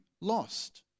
lost